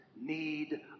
need